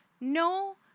no